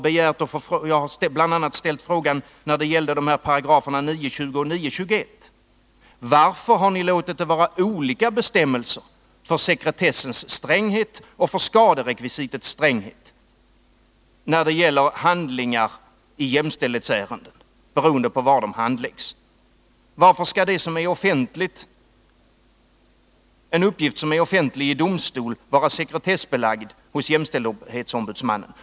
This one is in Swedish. Beträffande 9 kap. 20 och 21 §§ har jag ställt frågan varför ni har låtit det vara olika bestämmelser för sekretessens stränghet och skaderekvisitets stränghet när det gäller handlingar i jämställdhetsärenden, beroende på var de handläggs? Varför skall en uppgift som är offentlig i domstol vara sekretessbelagd hos jämställdhetsombudsmannen?